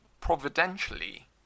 Providentially